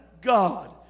God